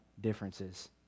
differences